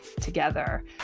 together